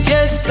Yes